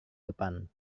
depan